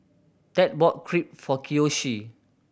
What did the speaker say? Ted bought Crepe for Kiyoshi